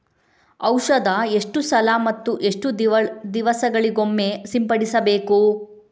ಔಷಧ ಎಷ್ಟು ಸಲ ಮತ್ತು ಎಷ್ಟು ದಿವಸಗಳಿಗೊಮ್ಮೆ ಸಿಂಪಡಿಸಬೇಕು?